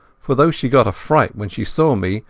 for though she got a fright when she saw me,